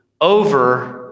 over